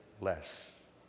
less